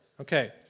Okay